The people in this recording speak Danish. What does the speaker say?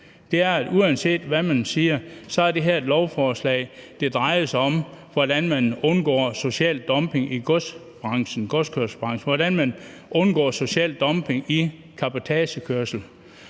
er, at uanset hvad der bliver sagt, drejer det her lovforslag sig om, hvordan man undgår social dumping i godskørselsbranchen,